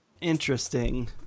Interesting